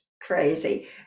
crazy